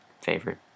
favorite